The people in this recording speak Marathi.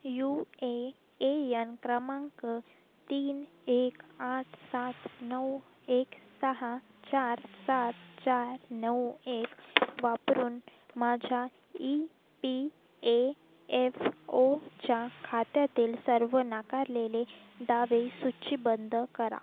यू ए ए एन क्रमांक तीन एक आठ सात नऊ एक सहा चार सात चार नऊ एक वापरून माझ्या ई पी एफ ओच्या खात्यातील सर्व नाकारलेले दावे सूचीबद्द करा